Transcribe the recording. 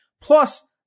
Plus